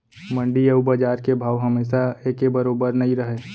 मंडी अउ बजार के भाव हमेसा एके बरोबर नइ रहय